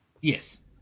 yes